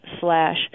slash